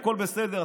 הכול בסדר,